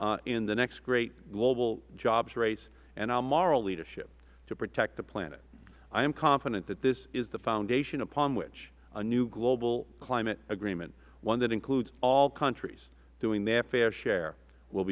leadership in the next great global jobs race and our moral leadership to protect the planet i am confident that this is the foundation upon which a new global climate agreement one that includes all countries doing their fair share w